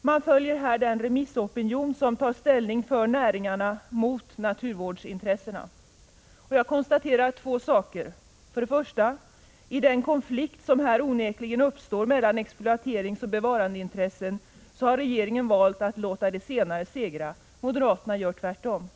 Man följer här den remissopinion som tar ställning för näringarna mot naturvårdsintressena. Jag konstaterar två saker. För det första: I den konflikt som här onekligen uppstår mellan exploateringsoch bevarandeintressen har regeringen valt att låta de senare segra. Moderaterna gör tvärtom.